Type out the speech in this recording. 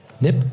NIP